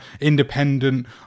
independent